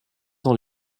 dans